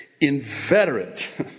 inveterate